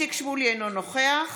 איציק שמולי, אינו נוכח